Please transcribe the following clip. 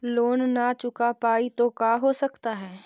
Loan न चुका पाई तो का हो सकता है?